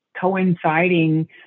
coinciding